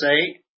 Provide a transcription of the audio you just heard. say